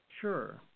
Sure